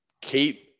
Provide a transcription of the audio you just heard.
keep